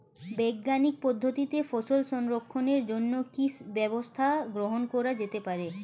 বৈজ্ঞানিক পদ্ধতিতে ফসল সংরক্ষণের জন্য কি ব্যবস্থা গ্রহণ করা যেতে পারে?